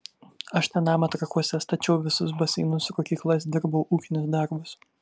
aš tą namą trakuose stačiau visus baseinus rūkyklas dirbau ūkinius darbus